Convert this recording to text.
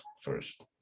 first